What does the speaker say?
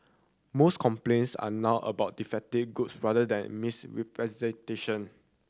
most complaints are now about defective goods rather than misrepresentation